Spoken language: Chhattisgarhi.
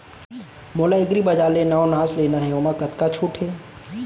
मोला एग्रीबजार ले नवनास लेना हे ओमा कतका छूट हे?